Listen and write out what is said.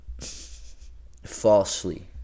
falsely